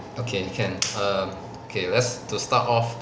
okay can err okay let's to start off